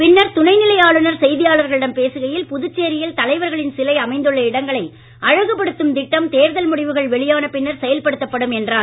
பின்னர் துணைநிலை ஆளுநர் செய்தியாளர்களிடம் பேசுகையில் புதுச்சேரியில் தலைவர்களின் சிலை அமைந்துள்ள இடங்களை அழகுபடுத்தும் திட்டம் தேர்தல் முடிவுகள் வெளியான பின்னர் செயல்படுத்தப்படும் என்றார்